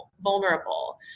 vulnerable